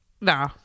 No